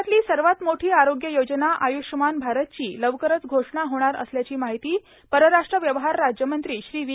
जगातली सर्वात मोठी आरोग्य योजना आय्रष्यमान भारतची लवकरच घोषणा होणार असल्याची माहिती परराष्ट्र व्यवहार राज्यमंत्री श्री वी